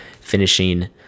finishing